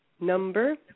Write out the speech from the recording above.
Number